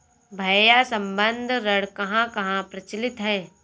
भैया संबंद्ध ऋण कहां कहां प्रचलित है?